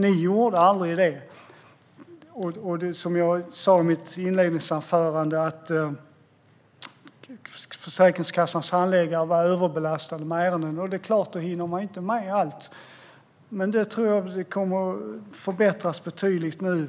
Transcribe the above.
Ni gjorde aldrig det. Som jag sa i mitt anförande var Försäkringskassans handläggare överbelastade med ärenden. Då hinner de inte med allt. Jag tror att det kommer att förbättras betydligt nu.